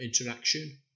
interaction